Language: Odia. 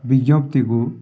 ବିଜ୍ଞପ୍ତିକୁ